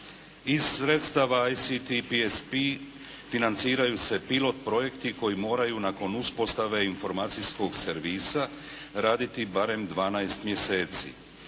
Iz sredstava ICT PSP financiraju se pilot projekti koji moraju nakon uspostave informacijskog servisa raditi barem 12 mjeseci.